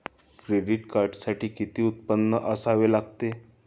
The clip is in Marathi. क्रेडिट कार्डसाठी किती उत्पन्न असावे लागते?